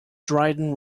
dryden